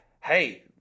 hey